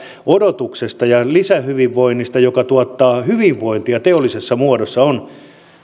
odotuksesta ja lisähyvinvoinnista joka tuottaa hyvinvointia teollisessa muodossa on